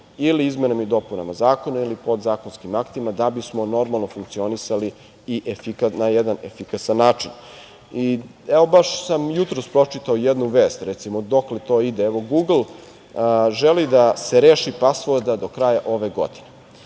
ili izmenama i dopunama zakona ili podzakonskim aktima, da bismo normalno funkcionisali, na jedan efikasan način. Baš sam jutros pročitao jednu vest, recimo, dokle to ide. Evo, „Gugl“ želi da se reši pasforda do kraja ove godine.